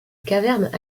cavernes